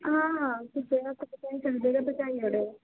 हां हां कुसै दे हत्थ पजाई सकदे ते पजाई ओड़ो